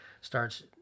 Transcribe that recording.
starts